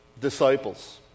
disciples